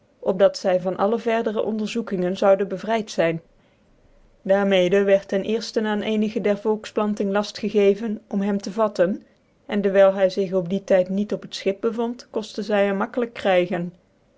op dat zy van alle verdere onderzoekingen zouden bcvryd zyn daar mede wierd ten ccrftcn aan ccnigc der volkplanting lafl gegeven om hem te vatten en dcwyl hy zig op dien tyt niet op het schip bevond korten zy hem gemakkelijk krygen